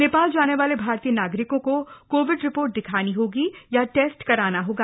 नप्राल जान वाल भारतीय नागरिकों को कोविड रिपोर्ट दिखानी होगी या टफ्ट कराना होगा